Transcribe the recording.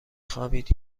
خوابید